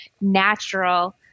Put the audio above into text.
natural